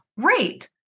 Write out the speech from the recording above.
Great